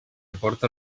aporta